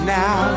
now